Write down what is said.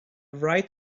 write